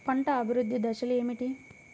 పంట అభివృద్ధి దశలు ఏమిటి?